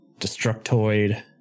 Destructoid